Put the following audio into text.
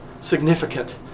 significant